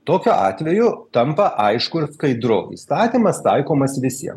tokiu atveju tampa aišku ir skaidru įstatymas taikomas visiem